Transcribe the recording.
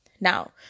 Now